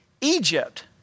Egypt